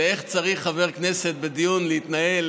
איך צריך חבר כנסת בדיון להתנהל